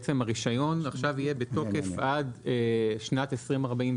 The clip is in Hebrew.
בעצם הרישיון עכשיו יהיה בתוקף עד שנת 2049,